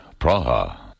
Praha